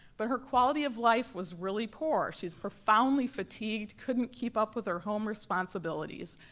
but her quality of life was really poor. she's profoundly fatigued, couldn't keep up with her home responsibilities.